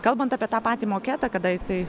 kalbant apie tą patį moketą kada jisai